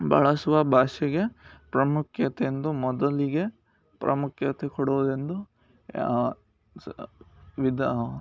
ಬಳಸುವ ಭಾಷೆಗೆ ಪ್ರಾಮುಖ್ಯತೆ ಎಂದು ಮೊದಲಿಗೆ ಪ್ರಾಮುಖ್ಯತೆ ಕೊಡುವುದೆಂದು ಸ ವಿಧಾನ